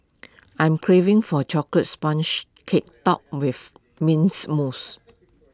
I'm craving for chocolate cake topped with mints mousse